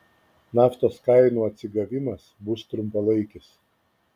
naftos kainų atsigavimas bus trumpalaikis